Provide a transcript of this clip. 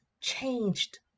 changed